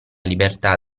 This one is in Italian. libertà